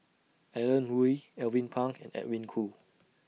Alan Oei Alvin Pang and Edwin Koo